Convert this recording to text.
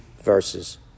verses